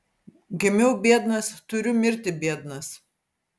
gimiau biednas turiu mirti biednas